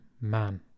man